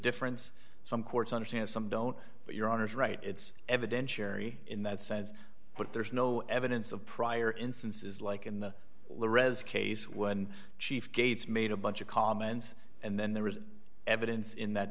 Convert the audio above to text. difference some courts understand some don't but your honour's right it's evidentiary in that sense but there's no evidence of prior instances like in the case when chief gates made a bunch of comments and then there was evidence in that